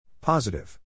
Positive